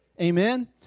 Amen